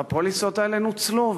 והפוליסות האלה נוצלו,